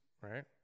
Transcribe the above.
Right